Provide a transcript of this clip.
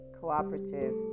cooperative